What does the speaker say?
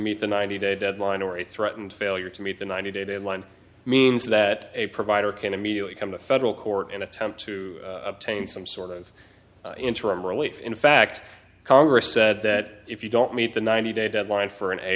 meet the ninety day deadline or a threatened failure to meet the ninety day deadline means that a provider can immediately come to federal court in attempt to obtain some sort of interim relief in fact congress said that if you don't meet the ninety day deadline for an